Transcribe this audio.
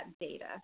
data